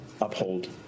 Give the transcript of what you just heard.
uphold